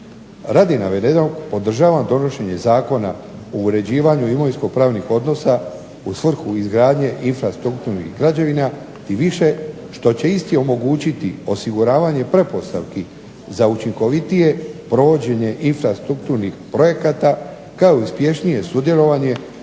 Radi navedenog podržavam donošenje zakona o uređivanju imovinskopravnih odnosa u svrhu izgradnje infrastrukturnih građevina tim više što će isti omogućiti osiguravanje pretpostavki za učinkovitije provođenje infrastrukturnih projekata kao uspješnije sudjelovanje